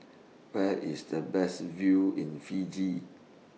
Where IS The Best View in Fiji